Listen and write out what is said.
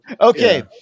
Okay